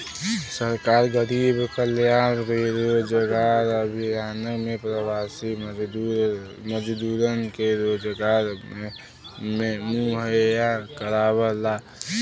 सरकार गरीब कल्याण रोजगार अभियान में प्रवासी मजदूरन के रोजगार मुहैया करावला